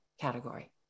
category